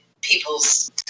people's